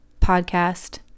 podcast